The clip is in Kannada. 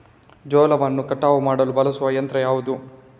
ಜೋಳವನ್ನು ಕಟಾವು ಮಾಡಲು ಬಳಸುವ ಯಂತ್ರ ಯಾವುದು?